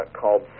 called